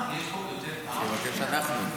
יש פה יותר --- נבקש אנחנו.